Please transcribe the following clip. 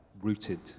rooted